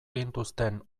gintuzten